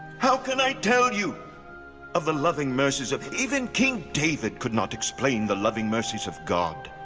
how can i tell you of the loving mercies of even king david could not explain the loving mercies of god.